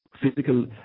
physical